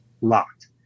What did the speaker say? locked